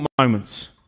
moments